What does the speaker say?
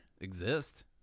exist